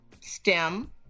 STEM